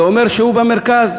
זה אומר שהוא במרכז.